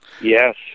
Yes